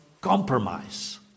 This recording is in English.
compromise